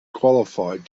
qualified